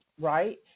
right